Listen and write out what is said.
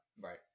right